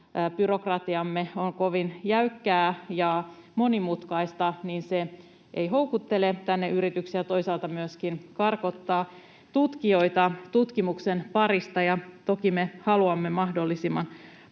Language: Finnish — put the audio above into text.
byrokratiamme on kovin jäykkää ja monimutkaista, niin se ei houkuttele tänne yrityksiä, toisaalta myöskin karkottaa tutkijoita tutkimuksen parista. Ja toki me haluamme mahdollisimman